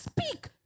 speak